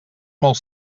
molt